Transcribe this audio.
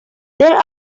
there